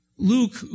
Luke